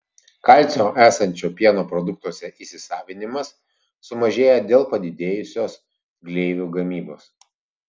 kalcio esančio pieno produktuose įsisavinimas sumažėja dėl padidėjusios gleivių gamybos